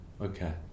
Okay